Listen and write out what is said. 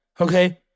okay